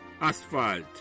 Asphalt